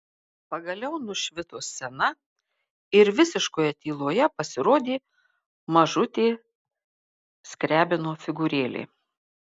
pagaliau nušvito scena ir visiškoje tyloje pasirodė mažutė skriabino figūrėlė